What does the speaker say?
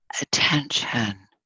attention